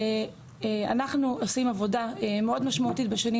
שאנחנו עושים עבודה מאוד משמעותית בשנים